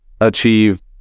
achieve